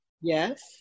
yes